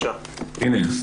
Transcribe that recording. הקורונה,